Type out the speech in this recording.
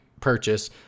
purchase